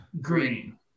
Green